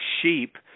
sheep